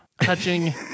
touching